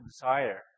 desire